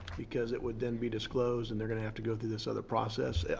because it would then be disclosed and they're going to have to go through this other process?